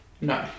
No